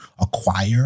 acquire